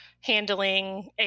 handling